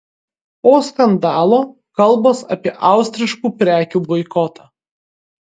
po skandalo kalbos apie austriškų prekių boikotą